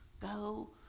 go